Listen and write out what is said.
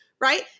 right